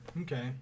Okay